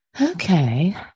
Okay